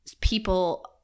people